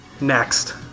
Next